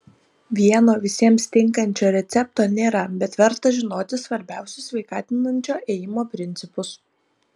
vieno visiems tinkančio recepto nėra bet verta žinoti svarbiausius sveikatinančio ėjimo principus